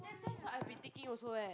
that's that's what I been thinking also leh